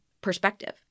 perspective